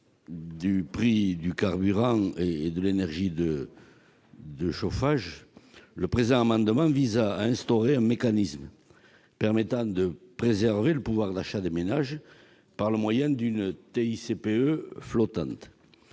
du prix du carburant et de l'énergie de chauffage, le présent amendement vise à instaurer un mécanisme permettant de préserver le pouvoir d'achat des ménages au moyen d'une TICPE flottante.